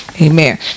Amen